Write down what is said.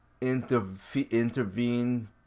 intervene